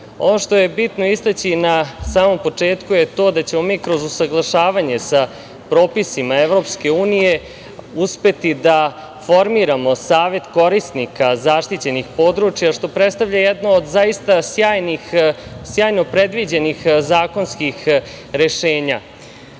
što je bitno istaći na samom početku je to da ćemo mi kroz usaglašavanje sa propisima Evropske unije uspeti da formiramo savet korisnika zaštićenih područja, što predstavlja jedno od zaista sjajno predviđenih zakonskih rešenja. Ekološka